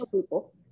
people